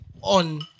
On